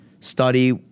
study